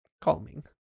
calming